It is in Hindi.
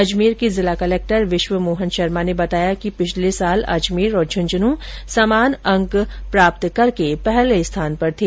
अजमेर के जिला कलेक्टर विश्व मोहन शर्मा ने बताया कि पिछले वर्ष अजमेर और झुंझुनूं समान अंक प्राप्त करके प्रथम स्थान पर थे